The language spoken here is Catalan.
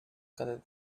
cada